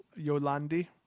Yolandi